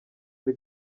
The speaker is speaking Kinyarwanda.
ari